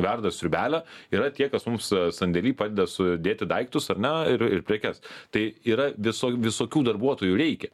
verda sriubelę yra tie kas mums sandėlyje padeda sudėti daiktus ar ne ir prekes tai yra viso visokių darbuotojų reikia